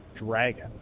dragon